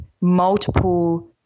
multiple